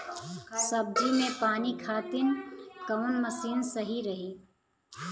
सब्जी में पानी खातिन कवन मशीन सही रही?